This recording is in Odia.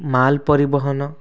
ମାଲ ପରିବହନ